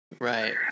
Right